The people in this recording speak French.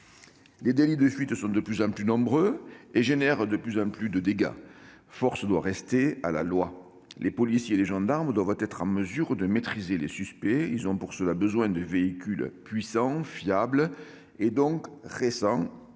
Les délits de fuite sont de plus en plus nombreux et entraînent de plus en plus de dégâts. Les policiers et les gendarmes doivent être en mesure de maîtriser les suspects. Ils ont pour cela besoin de véhicules puissants, fiables et, donc, récents.